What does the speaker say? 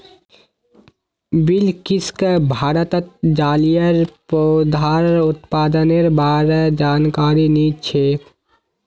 बिलकिसक भारतत जलिय पौधार उत्पादनेर बा र जानकारी नी छेक